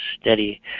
steady